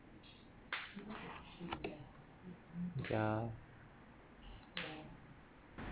ya